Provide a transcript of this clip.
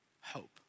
hope